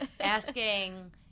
Asking